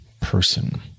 person